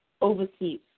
overseas